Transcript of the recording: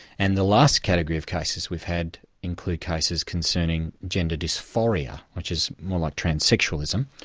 and the last category of cases we've had include cases concerning gender dysphoria, which is more like trans-sexualism.